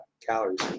calories